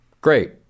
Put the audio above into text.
Great